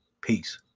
Peace